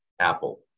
Apple